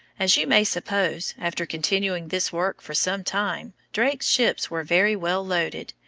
as you may suppose, after continuing this work for some time drake's ships were very well loaded,